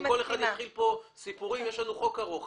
אם כל אחד יתחיל פה בסיפורים יש לנו הצעת חוק ארוכה.